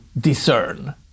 discern